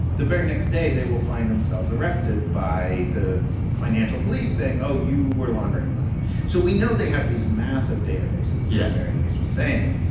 the very next day they will find themselves arrested by the financial police saying, oh, you were laundering money so we know they have these massive databases, as yeah mary louise was saying.